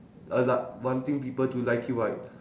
uh like wanting people to like you right